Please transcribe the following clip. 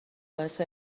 باعث